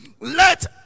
let